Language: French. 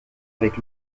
avec